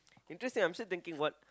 interesting I'm still thinking what